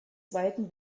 zweiten